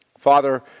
Father